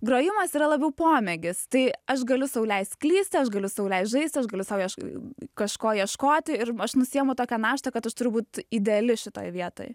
grojimas yra labiau pomėgis tai aš galiu sau leist klysti aš galiu sau leist žaisti aš gali sau iešk kažko ieškoti ir aš nusiimu tokią naštą kad aš turiu būt ideali šitoj vietoj